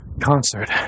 concert